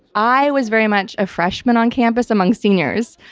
i was very much a freshman on campus among seniors.